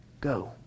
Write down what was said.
go